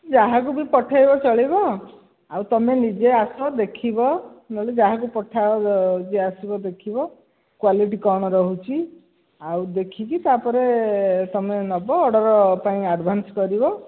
ଯାହାକୁ ବି ପଠାଇବେ ଚଳିବ ଆଉ ତୁମେ ନିଜେ ଆସ ଦେଖିବ ନହେଲେ ଯାହାକୁ ପଠାଅ ଯିଏ ଆସିବ ଦେଖିବ କ୍ୱାଲିଟି କ'ଣ ରହୁଛି ଆଉ ଦେଖିକି ତା'ପରେ ତୁମେ ନେବ ଅର୍ଡ଼ର୍ ପାଇଁ ଆଡ଼ଭାନ୍ସ୍ କରିବ